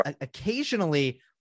occasionally